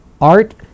Art